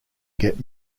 get